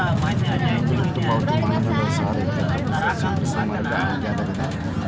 ಮುಂದೂಡಲ್ಪಟ್ಟ ಪಾವತಿಯ ಮಾನದಂಡ ಸಾಲನ ಇತ್ಯರ್ಥಪಡಿಸಕ ಸ್ವೇಕರಿಸಿದ ಮಾರ್ಗ ಆಗ್ಯಾದ